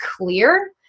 clear